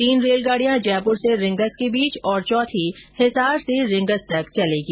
तीन रेलगाड़िया जयपुर से रींगस के बीच और चौथी हिस्सार से रींगस तक चलेगी